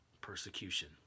Persecution